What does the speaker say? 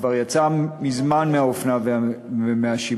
זה כבר יצא מזמן מהאופנה ומהשימוש.